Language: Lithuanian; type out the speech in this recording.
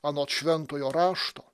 anot šventojo rašto